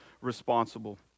responsible